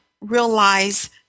realize